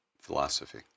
philosophy